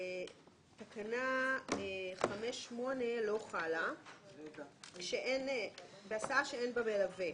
תקנה 5(8) לא חלה בהסעה שאין בה מלווה.